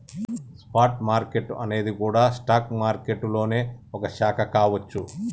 spot market అనేది గూడా stock మారికెట్టులోనే ఒక శాఖ కావచ్చు